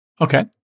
Okay